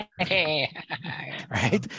right